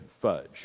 fudge